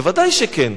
ודאי שכן,